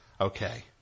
Okay